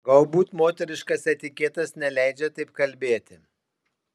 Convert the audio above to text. galbūt moteriškas etiketas neleidžia taip kalbėti